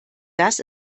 das